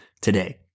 today